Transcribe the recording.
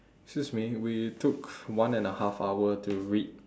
excuse me we took one and a half hour to read